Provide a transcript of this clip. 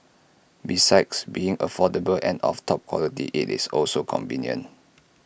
besides being affordable and of top quality IT is also convenient